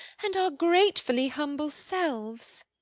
and our gratefully humble selves?